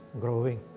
growing